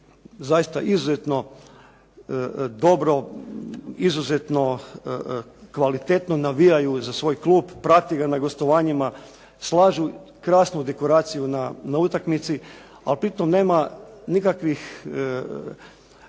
zaista izuzetno dobro, izuzetno kvalitetno navijaju za svoj klub, prati ga na gostovanjima, slažu krasnu dekoraciju na utakmici. Ali pritom nema nikakvih